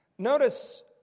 Notice